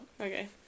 Okay